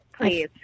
please